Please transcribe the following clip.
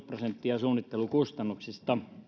prosenttia suunnittelukustannuksia